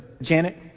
Janet